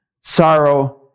sorrow